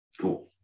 cool